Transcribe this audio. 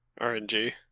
RNG